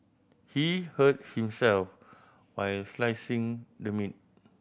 he hurt himself while slicing the meat